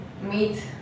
meet